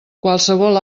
qualsevol